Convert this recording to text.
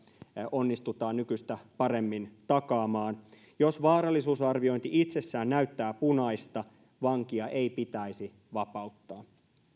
onnistutaan nykyistä paremmin takaamaan jos vaarallisuusarviointi itsessään näyttää punaista vankia ei pitäisi vapauttaa